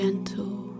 Gentle